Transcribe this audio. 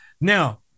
now